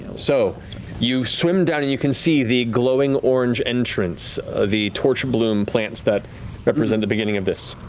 so you swim down and you can see the glowing orange entrance of the torchbloom plants that represent the beginning of this.